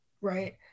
right